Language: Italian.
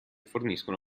forniscono